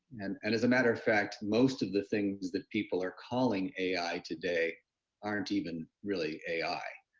and and as a matter of fact most of the things that people are calling ai today aren't even really ai.